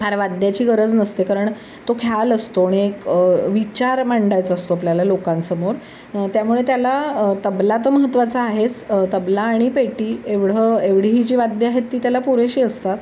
फार वाद्याची गरज नसते कारण तो ख्याल असतो आणि एक विचार मांडायचा असतो आपल्याला लोकांसमोर त्यामुळे त्याला तबला तर महत्वाचा आहेच तबला आणि पेटी एवढं एवढी ही जी वाद्यं आहेत ती त्याला पुरेशी असतात